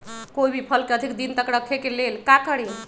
कोई भी फल के अधिक दिन तक रखे के ले ल का करी?